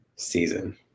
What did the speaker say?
season